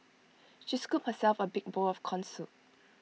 she scooped herself A big bowl of Corn Soup